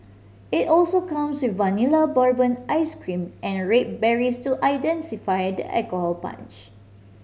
it also comes with Vanilla Bourbon ice cream and red berries to intensify the alcohol punch